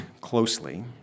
closely